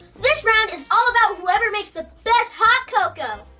this round is all about whoever makes the best hot cocoa.